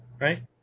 Right